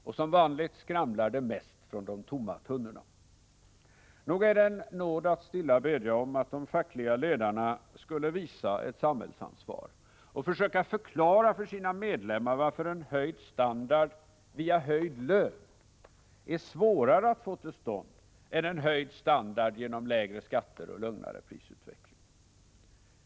Och som vanligt skramlar det mest från de tomma tunnorna. Nog är det en nåd att stilla bedja om att de fackliga ledarna skulle visa ett samhällsansvar och försöka förklara för sina medlemmar varför en höjd standard via höjd lön är svårare att få till stånd än en höjd standard genom lägre skatter och lugnare prisutveckling.